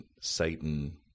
Satan